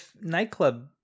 nightclub